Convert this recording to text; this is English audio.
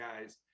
guys